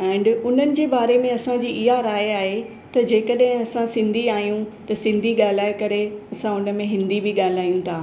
and उन्हनि जे बारे में असांजी इहा राइ आहे त जंहिंकॾहिं असां सिंधी आहियूं त सिंधी ॻाल्हाए करे असां उनमें हिंदी बि ॻाल्हायूं था